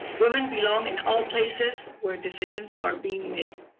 women belong in all places where decisions are being made.